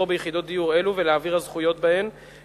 ביחידות דיור אלו ולהעביר את הזכויות בהן,